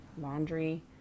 laundry